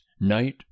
NIGHT